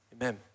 Amen